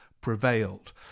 prevailed